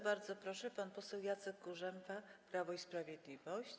Bardzo proszę, pan poseł Jacek Kurzępa, Prawo i Sprawiedliwość.